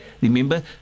remember